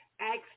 Acts